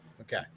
Okay